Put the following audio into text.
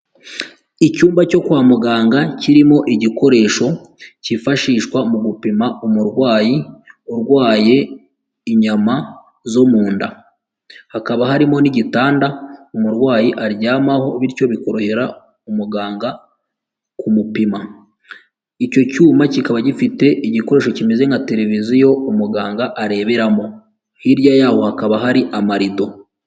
Icyumba cyo kwa muganga kirimo igikoresho cyifashishwa mu gupima umurwayi urwaye inyama zo mu nda, hakaba harimo n'igitanda umurwayi aryamaho bityo bikorohera umuganga kumupima, icyo cyuma kikaba gifite igikoresho kimeze nka televiziyo umuganga areberamo, hirya yaho hakaba hari amarido.